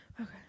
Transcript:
Okay